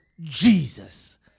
Jesus